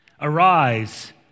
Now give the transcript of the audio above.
Arise